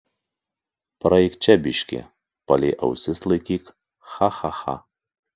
praeik čia biškį palei ausis laikyk cha cha cha